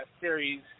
series